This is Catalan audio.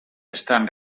estan